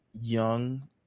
young